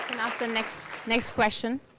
ask the next next question.